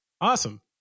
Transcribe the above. awesome